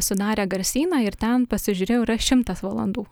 sudarę garsyną ir ten pasižiūrėjau yra šimtas valandų